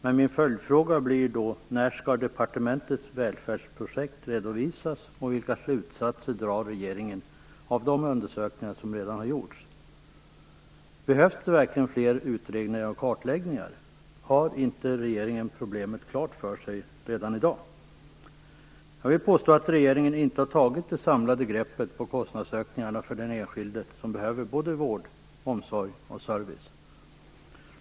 Min följdfråga gäller när departementets välfärdsprojekt skall redovisas och vilka slutsatser regeringen drar av de undersökningar som redan har gjorts. Behövs det verkligen fler utredningar och kartläggningar? Har inte regeringen problemet klart för sig redan i dag? Jag vill påstå att regeringen inte har tagit det samlade greppet på kostnadsökningarna för den enskilde som behöver såväl vård som omsorg och service.